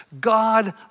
God